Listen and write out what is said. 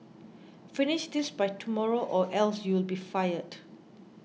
finish this by tomorrow or else you'll be fired